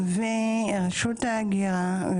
ורשות ההגירה,